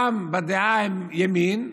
בדעה הם ימין,